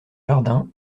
jardin